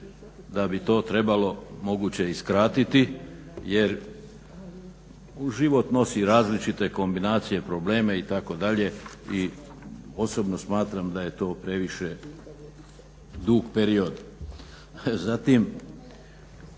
da bi to trebalo moguće i skratiti jer život nosi različite kombinacije, probleme itd. i osobno smatram da je to previše dug period. Zatim